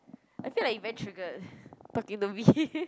I feel like you very triggered talking to me